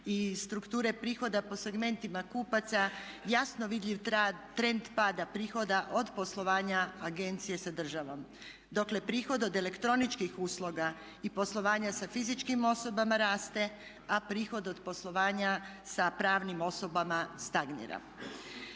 iz strukture prihoda po segmentima kupaca jasno vidljiv trend pada prihoda od poslovanja agencije sa državom, dokle prihod od elektroničkih usluga i poslovanja sa fizičkim osobama raste, a prihod od poslovanja sa pravnim osobama stagnira.